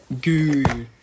good